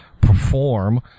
perform